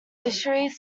fisheries